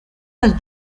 los